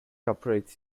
operates